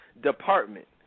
department